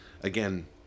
again